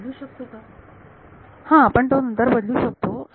विद्यार्थी आपण तो बदलू शकतो आपण नंतर बदलू शकतो